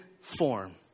form